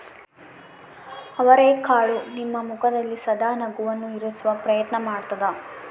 ಅವರೆಕಾಳು ನಿಮ್ಮ ಮುಖದಲ್ಲಿ ಸದಾ ನಗುವನ್ನು ಇರಿಸುವ ಪ್ರಯತ್ನ ಮಾಡ್ತಾದ